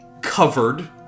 covered